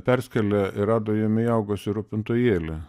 perskėlė ir rado jame įaugusį rūpintojėlį